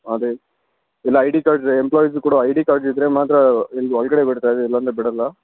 ಅದೇ ಇಲ್ಲ I D card ರೇ ಎಂಪ್ಲಾಯ್ಸು ಕೂಡ ಐ ಡಿ ಕಾರ್ಡ್ ಇದ್ದರೆ ಮಾತ್ರ ಇಲ್ಲಿ ಒಳಗಡೆ ಬಿಡ್ತಾ ಇದೀವಿ ಇಲ್ಲ ಅಂದರೆ ಬಿಡೋಲ್ಲ